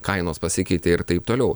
kainos pasikeitė ir taip toliau